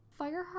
Fireheart